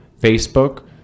facebook